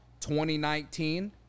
2019